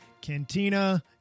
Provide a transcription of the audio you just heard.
Cantina